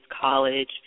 college